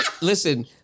listen